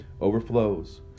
overflows